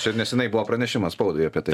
čia neseniai buvo pranešimas spaudai apie tai